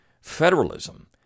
federalism